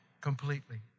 completely